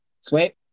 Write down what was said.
Sweet